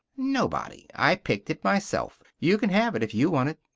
nobody. i picked it myself. you can have it if you want it.